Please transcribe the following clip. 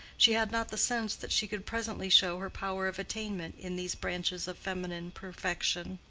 she had not the sense that she could presently show her power of attainment in these branches of feminine perfection.